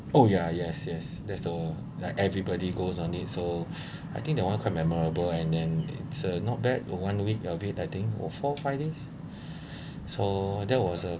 oh ya yes yes there's uh like everybody goes on it so I think that one quite memorable and then it's uh not bad one week of it I think four five days so that was a